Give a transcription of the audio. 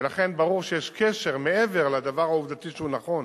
ולכן ברור שיש קשר, מעבר לדבר העובדתי שהוא נכון,